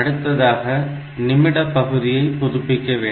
அடுத்ததாக நிமிட பகுதியை புதுப்பிக்க வேண்டும்